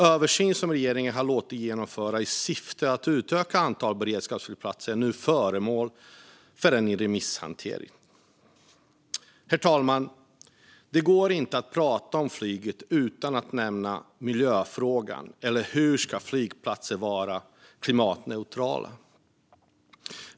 Översyner som regeringen har låtit genomföra i syfte att utöka antalet beredskapsflygplatser är nu föremål för remisshantering. Herr talman! Det går inte att prata om flyget utan att nämna miljöfrågan eller hur flygplatser ska vara klimatneutrala.